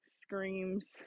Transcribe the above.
Screams